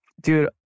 Dude